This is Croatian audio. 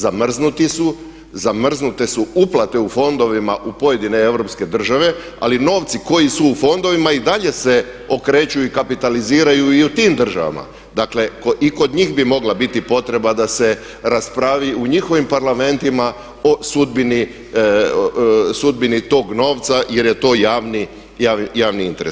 Zamrznuti su, zamrznute su uplate u fondovima u pojedine Europske države ali novci koji su u fondovima i dalje se okreću i kapitaliziraju i u tim državama, dakle i kod njih bi mogla biti potreba da se raspravi u njihovim parlamentima o sudbini tog novca jer je to javni interes.